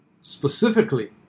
specifically